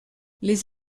les